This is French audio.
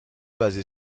basé